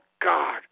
God